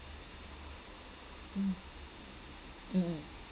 mm mm